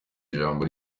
ijambo